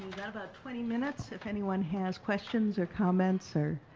got about twenty minutes if anyone has questions or comments or.